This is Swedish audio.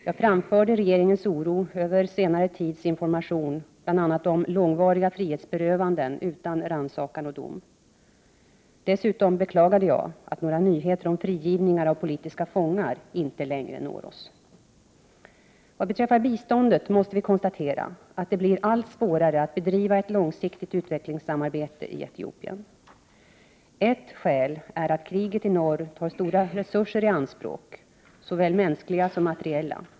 Jag framförde regeringens oro över senare tids information, bl.a. om långvariga frihetsberövanden utan rannsakan och dom. Dessutom beklagade jag att några nyheter om frigivningar av politiska fångar inte längre når oss. Vad beträffar biståndet måste vi konstatera att det blir allt svårare att bedriva ett långsiktigt utvecklingssamarbete i Etiopien. Ett skäl är att kriget i norr tar stora resurser i anspråk, såväl mänskliga som materiella.